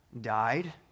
died